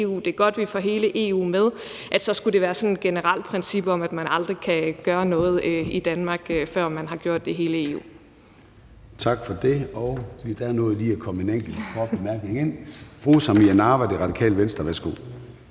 det er godt, at vi får hele EU med, skulle det være sådan et generelt princip om, at man aldrig kan gøre noget i Danmark, før man har gjort det i hele EU. Kl. 14:04 Formanden (Søren Gade): Tak for det. Der nåede lige at komme en enkelt kort bemærkning mere. Fru Samira Nawa, Radikale Venstre. Værsgo.